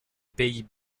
pays